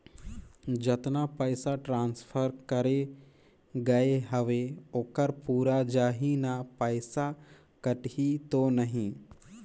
जतना पइसा ट्रांसफर करे गये हवे ओकर पूरा जाही न पइसा कटही तो नहीं?